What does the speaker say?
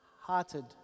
hearted